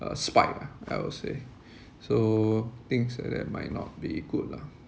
a spike lah I would say so things like that might not be good lah